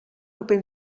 open